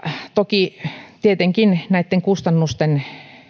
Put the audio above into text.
toki tietenkin näitten kustannusten